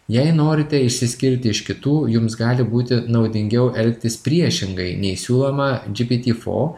jei norite išsiskirti iš kitų jums gali būti naudingiau elgtis priešingai nei siūloma gpt four